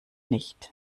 nicht